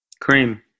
Cream